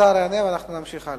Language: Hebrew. השר יענה ואנחנו נמשיך הלאה.